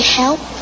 help